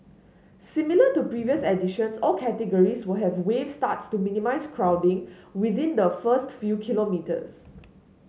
similar to previous editions all categories will have wave starts to minimise crowding within the first few kilometres